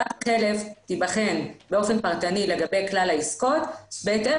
--- תיבחן באופן פרטני לגבי כלל העסקות בהתאם